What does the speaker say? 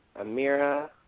Amira